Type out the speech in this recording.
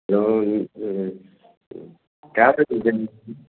hello